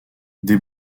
des